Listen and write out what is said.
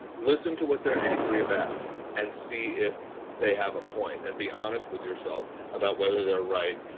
listen to what they're angry about and see if they have a point and be honest with yourself about whether they're right.